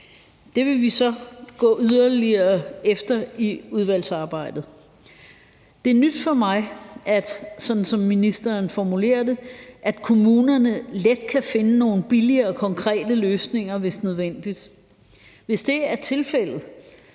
Det vil vi så gå yderligere efter i udvalgsarbejdet. Det er nyt for mig, sådan som ministeren formulerer det, at kommunerne let kan finde nogle billigere konkrete løsninger hvis nødvendigt. Hvis det er tilfældet,